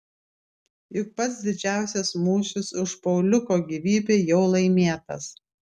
juk pats didžiausias mūšis už pauliuko gyvybę jau laimėtas